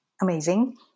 amazing